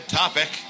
topic